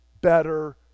better